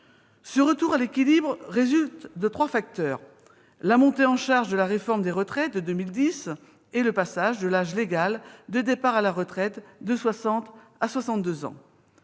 Ce retour à l'équilibre résulte de trois facteurs : la montée en charge de la réforme des retraites de 2010 et le passage de l'âge légal de départ à la retraite de 60 à 62 ans